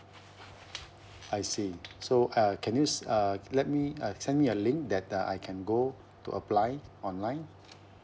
I see so uh can use uh let me uh send me a link that uh I can go to apply online